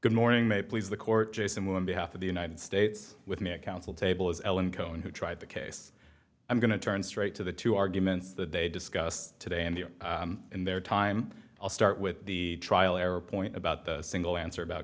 good morning may please the court jason wu in behalf of the united states with me at counsel table is ellen cohen who tried the case i'm going to turn straight to the two arguments that they discussed today and they are in their time i'll start with the trial error point about the single answer about